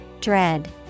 Dread